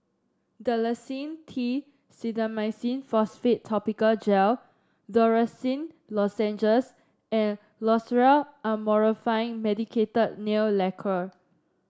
Dalacin T Clindamycin Phosphate Topical Gel Dorithricin Lozenges and Loceryl Amorolfine Medicated Nail Lacquer